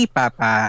papa